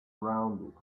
rounded